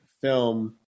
film